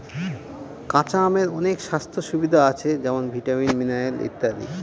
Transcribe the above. কাঁচা আমের অনেক স্বাস্থ্য সুবিধা আছে যেমন ভিটামিন, মিনারেল ইত্যাদি